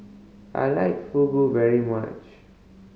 I like Fugu very much